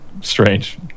strange